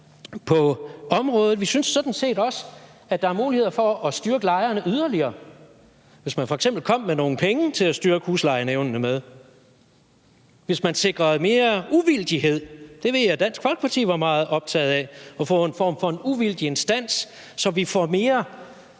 på området. Vi synes sådan set også, at der er mulighed for at styrke lejerne yderligere, hvis man f.eks. kom med nogle penge til at styrke huslejenævnene. Man kunne sikre mere uvildighed; det ved jeg Dansk Folkeparti var meget optaget af, altså at få en form for uvildig instans, så vi får mere